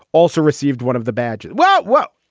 also received one of the badges. well, well,